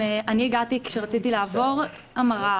הגעתי כאשר רציתי לעבור המרה,